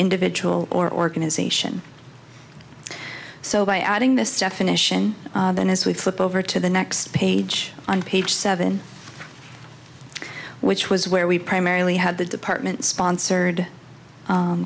individual or organization so by adding this definition then as we flip over to the next page on page seven which was where we primarily had the department sponsored